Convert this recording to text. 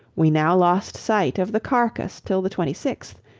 we now lost sight of the carcass till the twenty sixth,